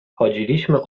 chodziliśmy